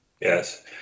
Yes